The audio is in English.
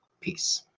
Peace